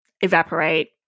evaporate